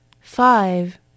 five